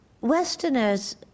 Westerners